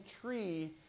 tree